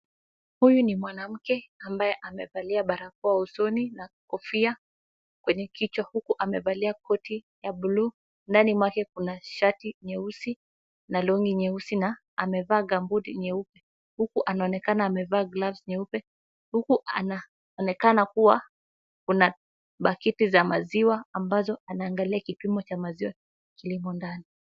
Huyu ni mwanamke ambaye amevalia barakoa usoni na kofia kwenye kichwa, huku amevalia koti ya buluu. Ndani mwake kuna shati nyeusi na long'i nyeusi na amevaa gambuti nyeupe. Huku, anaonekana amevaa gloves nyeupe, huku anaonekana kua kuna pakiti za maziwa ambazo anaangalia kipimo cha maziwa kilimo ndani.